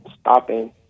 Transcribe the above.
stopping